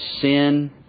sin